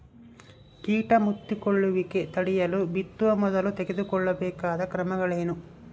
ಕೇಟ ಮುತ್ತಿಕೊಳ್ಳುವಿಕೆ ತಡೆಯಲು ಬಿತ್ತುವ ಮೊದಲು ತೆಗೆದುಕೊಳ್ಳಬೇಕಾದ ಕ್ರಮಗಳೇನು?